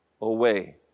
away